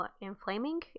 inflaming